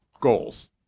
goals